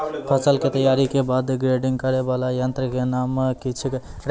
फसल के तैयारी के बाद ग्रेडिंग करै वाला यंत्र के नाम की छेकै?